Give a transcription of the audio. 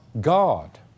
God